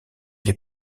les